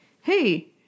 hey